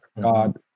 God